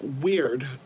weird